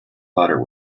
butter